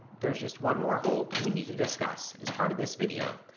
there's just one more hold we need to discuss as part of this video,